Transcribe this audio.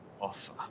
offer